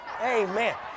Amen